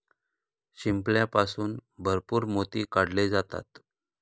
शिंपल्यापासून भरपूर मोती काढले जातात